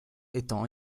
étant